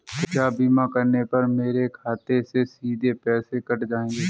क्या बीमा करने पर मेरे खाते से सीधे पैसे कट जाएंगे?